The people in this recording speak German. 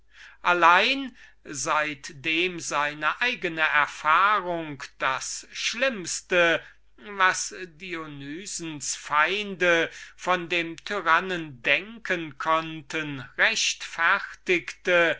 allein seitdem seine eigene erfahrung das schlimmste was dionysens feinde von ihm denken konnten rechtfertigte